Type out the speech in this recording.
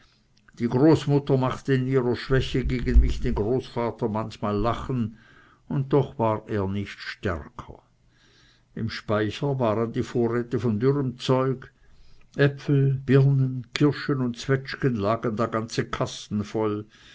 die großmutter machte in ihrer schwäche gegen mich den großvater manchmal lachen und doch war er nicht stärker im speicher waren die vorräte von dürrem zeug äpfel birnen kirschen und zwetschgen lagen da ganze kasten voll